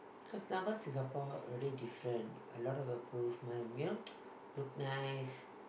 cause now cause Singapore already different a lot of improvement you know look nice